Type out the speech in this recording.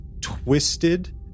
twisted